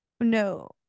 No